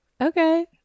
okay